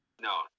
No